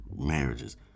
marriages